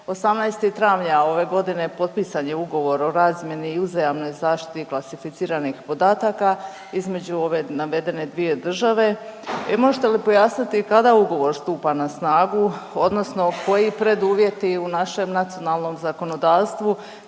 18. travnja ove godine potpisan je ugovor o razmjeni i uzajamnoj zaštiti klasificiranih podataka između ove navedene dvije države. I možete li pojasniti kada ugovor stupa na snagu odnosno koji preduvjeti u našem nacionalnom zakonodavstvu